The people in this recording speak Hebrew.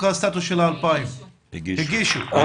שהגישו.